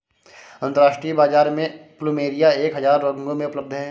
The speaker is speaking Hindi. अंतरराष्ट्रीय बाजार में प्लुमेरिया एक हजार रंगों में उपलब्ध हैं